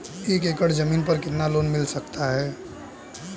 एक एकड़ जमीन पर कितना लोन मिल सकता है?